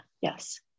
yes